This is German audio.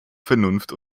vernunft